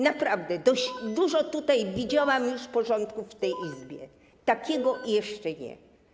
Naprawdę, dość dużo tutaj widziałam już porządków w tej Izbie, ale takiego jeszcze nie.